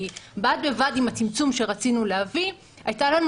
כי בד בבד עם הצמצום שרצינו להביא היה לנו